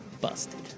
busted